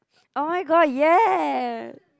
[oh]-my-god ya